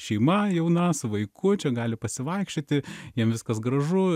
šeima jauna su vaiku čia gali pasivaikščioti jiem viskas gražu